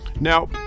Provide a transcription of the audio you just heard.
Now